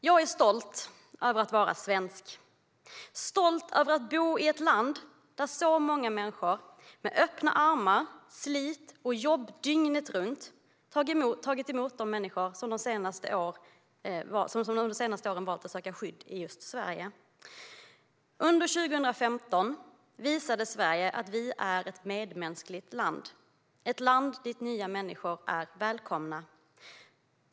Jag är stolt över att vara svensk och stolt över att bo i ett land där så många människor med öppna armar och slit och jobb dygnet runt har tagit emot de människor som under de senaste åren har valt att sökt skydd i just Sverige. Under 2015 visade Sverige att vi är ett medmänskligt land - ett land dit nya människor är välkomna.